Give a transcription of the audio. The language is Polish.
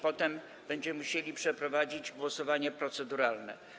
Potem będziemy musieli przeprowadzić głosowanie proceduralne.